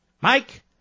Mike